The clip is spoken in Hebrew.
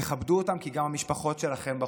תכבדו אותם, כי גם המשפחות שלכם בחוץ.